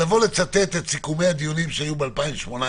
לבוא ולצטט את סיכומי הדיונים שהיו ב-2018.